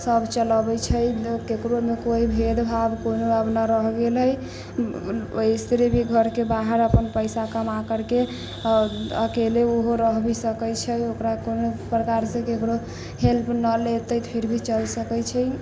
सब चलऽबै छै केकरो मे कोइ भेद भाव अब ना रह गेलै ओ स्त्री भी घर के बाहर अपन पैसा कमा करके अकेले ओहो रह भी सकै छै ओकरा कोनो प्रकार से केकरो हेल्प ना लेतै फिर भी चल सकै छै